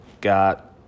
got